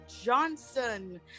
Johnson